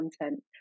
content